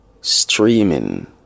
Streaming